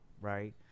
right